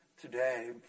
today